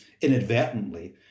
inadvertently